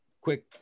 quick